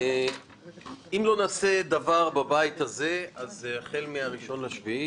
אם לא נעשה דבר בבית הזה אז החל מה-1 ביולי